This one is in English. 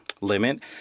limit